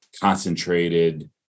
concentrated